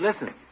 listen